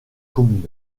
communaux